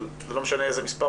אבל לא משנה מה המספר,